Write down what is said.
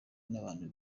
n’abantu